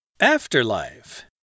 Afterlife